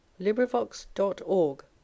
LibriVox.org